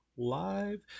live